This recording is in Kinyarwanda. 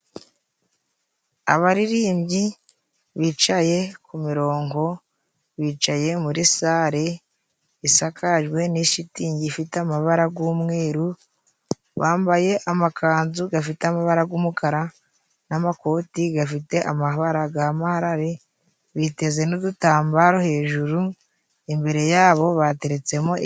Abaririmbyi bicaye ku kumurongo，bicaye muri sare isakajwe n'ishitingi， ifite amabara g'umweru， bambaye amakanzu gafite amabara g'umukara n'amakoti gafite amabara g'amaharare biteze n'udutambaro，hejuru imbere yabo bateretsemo...